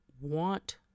want